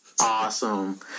Awesome